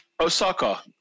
Osaka